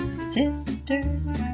Sisters